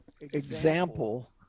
example